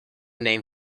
name